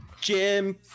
Jim